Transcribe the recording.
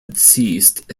deceased